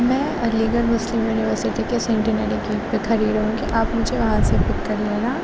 میں Aligarh Muslim University کے centenary gate پہ کھڑی رہوں گی آپ مجھے وہاں سے پک کر لینا